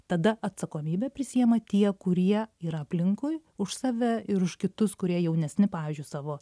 tada atsakomybę prisiema tie kurie yra aplinkui už save ir už kitus kurie jaunesni pavyzdžiui savo